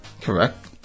Correct